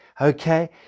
okay